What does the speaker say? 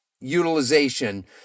utilization